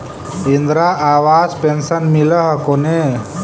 Indira Awas pension मिल हको ने?